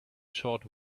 short